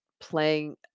playing